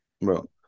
Bro